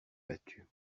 battus